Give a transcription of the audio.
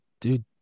dude